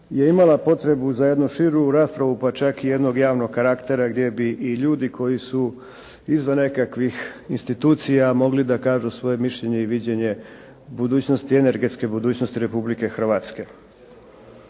je imala potrebu za jednu širu raspravu, pa čak i jednog javnog karaktera gdje bi i ljudi koji su izvan nekakvih institucija mogli da kažu svoje mišljenje i viđenje budućnosti, energetske budućnosti Republike Hrvatske.